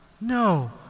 No